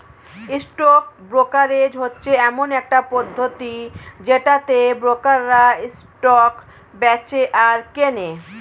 stock brokerage হচ্ছে এমন একটা পদ্ধতি যেটাতে ব্রোকাররা স্টক বেঁচে আর কেনে